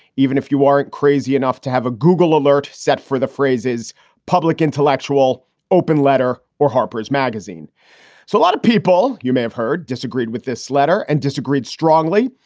even if you aren't crazy enough to have a google alert set for the phrase is public intellectual open letter or harper's magazine. so a lot of people you may have heard disagreed with this letter and disagreed strongly,